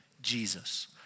Jesus